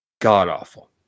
god-awful